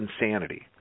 insanity